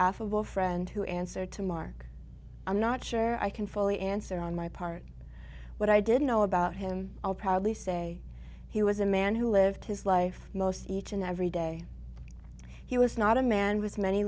affable friend who answered to mark i'm not sure i can fully answer on my part what i didn't know about him i'll probably say he was a man who lived his life most each and every day he was not a man with many